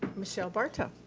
michelle barto.